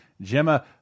Gemma